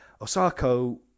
Osako